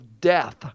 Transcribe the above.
death